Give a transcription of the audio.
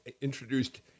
introduced